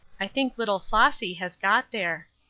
i think little flossy has got there.